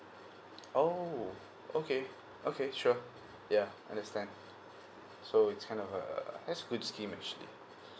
oh okay okay sure yeah understand so it's kind of err that's a good scheme actually